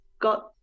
got